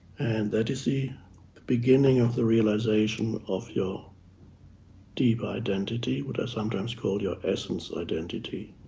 and that is the the beginning of the realization of your deep identity. what i sometimes call your essence identity.